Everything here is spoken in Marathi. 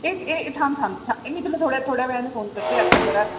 ए ए थांब थांब था ए मी तुला थोड्या थोड्या वेळाने फोन करते आत्ता जरा